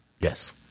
Yes